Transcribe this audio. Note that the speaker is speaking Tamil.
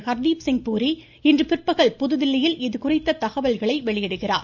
ஹர்தீப்சிங் பூரி இன்று பிற்பகல் புதுதில்லியில் இதுகுறித்த தகவல்களை வெளியிடுகிறார்